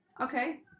Okay